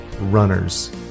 runners